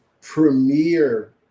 premier